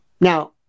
Now